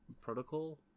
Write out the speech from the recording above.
protocol